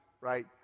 right